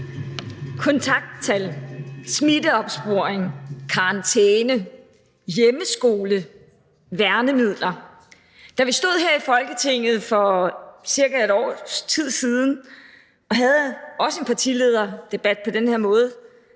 Kontakttal, smitteopsporing, karantæne, hjemmeskole og værnemidler – da vi stod her i Folketinget for cirka et års tid siden og også havde en partilederdebat, tror jeg ikke,